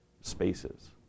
spaces